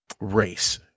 race